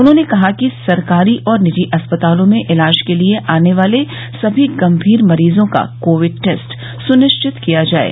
उन्होंने कहा कि सरकारी और निजी अस्पतालों में इलाज के लिये आने वाले सभी गंमीर मरीजों का कोविड टेस्ट सुनिश्चित किया जाये